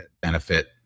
benefit